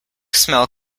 smell